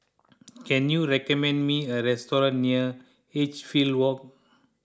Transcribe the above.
can you recommend me a restaurant near Edgefield Walk